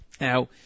Now